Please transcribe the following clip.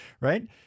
right